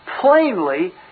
plainly